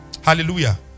Hallelujah